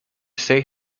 say